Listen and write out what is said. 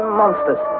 monsters